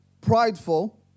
prideful